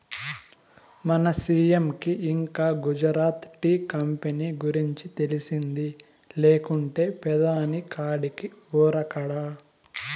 మన సీ.ఎం కి ఇంకా గుజరాత్ టీ కంపెనీ గురించి తెలిసింది లేకుంటే పెదాని కాడికి ఉరకడా